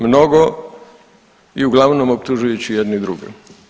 Mnogo i uglavnom optužujući jedni druge.